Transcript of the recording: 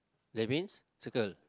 that means circle